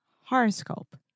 horoscope